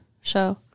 show